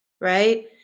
right